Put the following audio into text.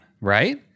right